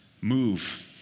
move